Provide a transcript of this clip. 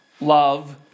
love